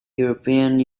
european